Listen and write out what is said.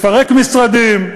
לפרק משרדים,